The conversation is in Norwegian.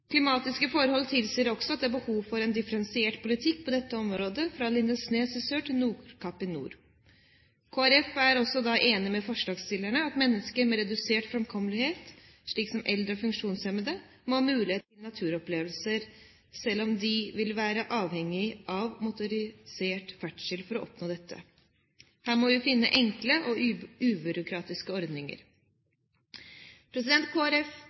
Klimatiske forhold tilsier også at det er behov for en differensiert politikk på dette området, fra Lindesnes i sør til Nordkapp i nord. Kristelig Folkeparti er enig med forslagsstillerne i at mennesker med redusert førlighet, slik som eldre og funksjonshemmede, må ha mulighet til naturopplevelser, selv om de vil være avhengige av motorisert framkomstmiddel for å oppnå dette. Her må vi finne enkle og ubyråkratiske ordninger.